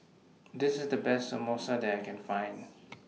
This IS The Best Samosa that I Can Find